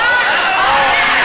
חבל.